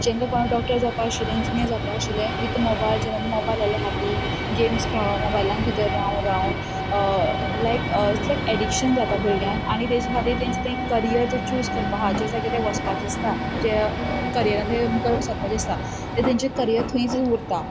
जांकां कोणाक डॉक्टर जावपा आशिल्लें इंजिन्यर जावपा आशिल्लें वीत मोबायल जेन्ना ते मोबायल आयले हातीक गेम्स खेळून मोबायला भितर रावोन रावोन लायक इट्स लायक एडिक्शन जाता भुरग्यांक आनी ताजे खातीर तेंच् तें करियर जें चूज करपा आहा जे जाग्या ते वसपाचें आसता जें करियरान ते मुखार सरपाचे आसता तें तांचें करियर थंयच उरता